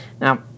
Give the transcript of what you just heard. Now